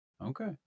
okay